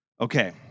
Okay